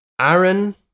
Aaron